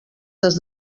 des